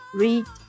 read